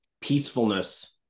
peacefulness